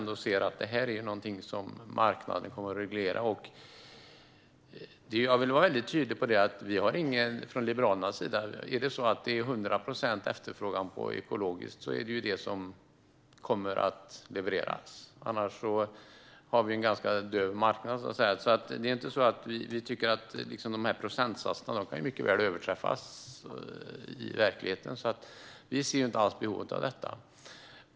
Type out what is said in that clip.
Det här är ändå någonting som marknaden själv kommer att reglera. Vi från Liberalerna är tydliga med att om efterfrågan på ekologiskt är 100 procent är det ju det som kommer att levereras. Annars blir det en ganska död marknad. Procentsatserna kan mycket väl överträffas av verkligheten, så vi ser inget behov av detta.